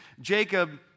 Jacob